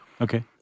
Okay